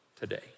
today